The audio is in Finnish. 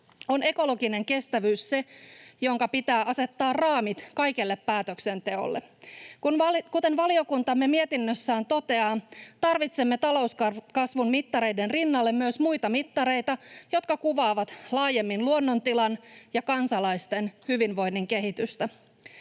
on ekologinen kestävyys se, jonka pitää asettaa raamit kaikelle päätöksenteolle. Kuten valiokuntamme mietinnössään toteaa, tarvitsemme talouskasvun mittareiden rinnalle myös muita mittareita, jotka kuvaavat laajemmin luonnontilan ja kansalaisten hyvinvoinnin kehitystä.